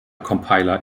compiler